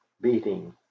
beating